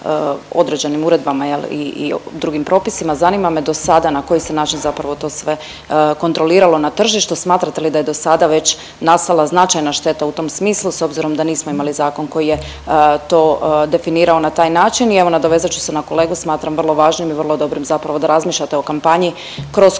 određenim uredbama je li i drugim propisima. Zanima me do sada na koji se način zapravo to sve kontroliralo na tržištu? Smatrate li da je do sada već nastala značajna šteta u tom smislu s obzirom da nismo imali zakon koji je to definirao na taj način. I evo nadovezat ću se na kolegu, smatram vrlo važnim i vrlo dobrim zapravo da razmišljate o kampanji kroz koju